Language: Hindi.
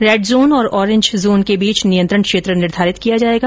रेड जोन और ओरेंज जोन के बीच नियंत्रण क्षेत्र निर्घारित किया जाएगा